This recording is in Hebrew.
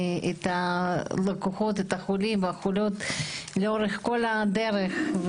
את החולים והחולות לאורך כל הדרך.